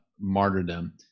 martyrdom